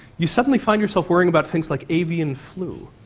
you suddenly find yourself worrying about things like avian flu,